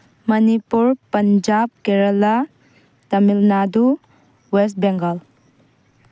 Manipur Punjab Kerala Tamil Nadu west Bengal